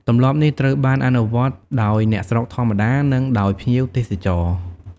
ទម្លាប់នេះត្រូវបានអនុវត្តដោយអ្នកស្រុកធម្មតា និងដោយភ្ញៀវទេសចរ។